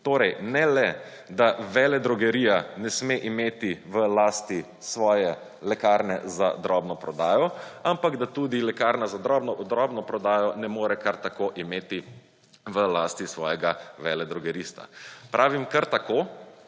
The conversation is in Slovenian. torej ne le, da veledrogerija ne sme imeti v lasti svoje lekarne za drobno prodajo, ampak da tudi lekarna za drobno prodajo ne more kar tako imeti v lasti svojega veledrogerista. Pravim kar tako,